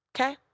Okay